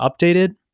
updated